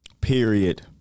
Period